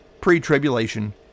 pre-tribulation